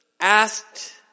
asked